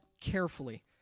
carefully